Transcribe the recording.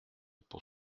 pour